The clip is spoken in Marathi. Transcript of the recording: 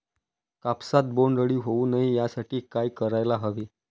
कापसात बोंडअळी होऊ नये यासाठी काय करायला हवे?